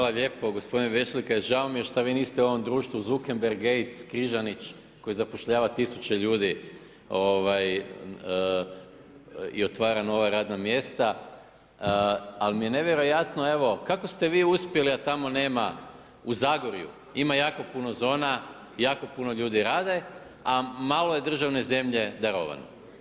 Hvala lijepo gospodine Vešligaj, žao mi je što vi niste u ovom društvu Zuckerberg, Gates, Križanić, koji zapošljava tisuće ljudi i otvara nova radna mjesta, ali mi je nevjerojatno, kako ste vi uspjeli, a tamo nema, u Zagorju ima jako puno zona i jako puno ljudi rade, a malo je državno zemlje darovano.